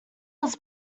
was